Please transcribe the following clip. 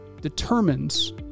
determines